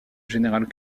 général